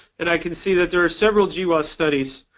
and i can see that there are several gwas studies,